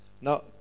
Now